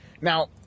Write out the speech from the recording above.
Now